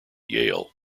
yale